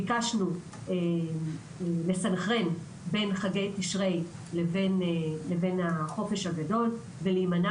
ביקשנו לסנכרן בין חגי תשרי לבין החופש הגודל ולהימנע